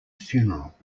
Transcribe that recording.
funeral